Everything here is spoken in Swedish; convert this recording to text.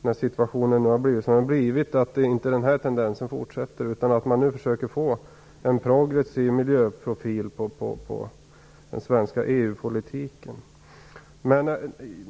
När situationen nu har blivit som den har blivit hoppas jag att inte den tendensen fortsätter, utan att man försöker få en progressiv miljöprofil på den svenska EU-politiken.